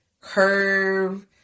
curve